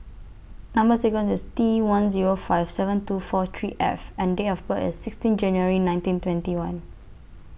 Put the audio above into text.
Number sequence IS T one Zero five seven two four three F and Date of birth IS sixteen January nineteen twenty one